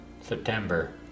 september